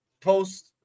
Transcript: post